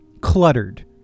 cluttered